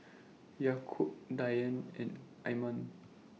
Yaakob Dian and Iman